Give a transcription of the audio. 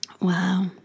Wow